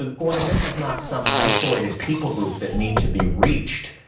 ah gordon, this is not some isolated people group that need to be reached.